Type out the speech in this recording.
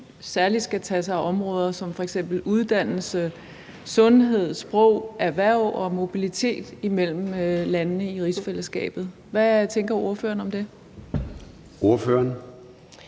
særlig skal tage sig af områder som f.eks. uddannelse, sundhed, sprog, erhverv og mobilitet imellem landene i rigsfællesskabet. Hvad tænker ordføreren om det? Kl.